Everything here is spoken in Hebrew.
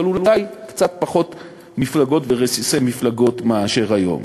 אבל אולי קצת פחות מפלגות ורסיסי מפלגות מאשר היום.